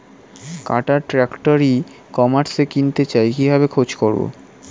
কাটার tractor e কমার্সে কিনতে চাই কিভাবে খোঁজ করো?